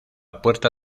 puerta